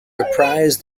reprise